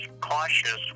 cautious